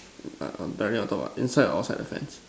mm uh directly on top ah inside or outside of the fence